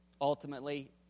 Ultimately